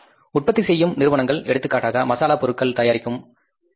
உற்பத்தி செய்யும் நிறுவனங்கள் எடுத்துக்காட்டாக மசாலாப் பொருட்கள் தயாரிக்கும் எம்